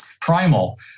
Primal